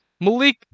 Malik